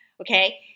okay